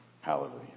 Hallelujah